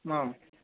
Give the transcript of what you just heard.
অঁ